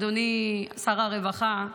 אדוני שר הרווחה,